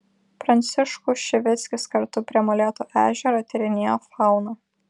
pranciškų šivickis kartu prie molėtų ežero tyrinėjo fauną